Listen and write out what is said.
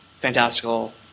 fantastical